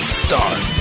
start